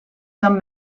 some